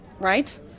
Right